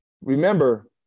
remember